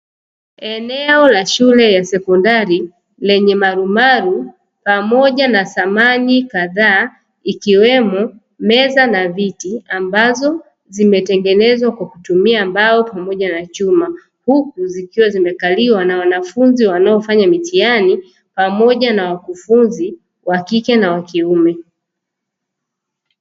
Eneo la shule ya sekondari lenye marumaru pamoja na samani kadhaa, ikiwemo meza na viti ambazo zimetengenezwa kwa kutumia mbao pamoja na chuma, huku zikiwa zimekaliwa na wanafunzi wanaofanya mitihani pamoja na wakufunzi wa kike na wa kiume.